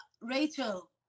Rachel